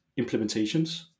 implementations